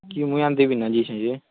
କି ମୁଇଁ ଆଣି ଦେବି ନା